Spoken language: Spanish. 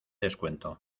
descuento